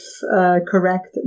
correct